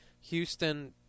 Houston